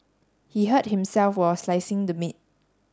he hurt himself while slicing the meat